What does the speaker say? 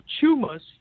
tumors